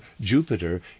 Jupiter